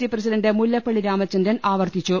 C president Mullappally Ramachandran ആവർത്തിച്ചു